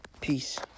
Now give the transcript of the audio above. Peace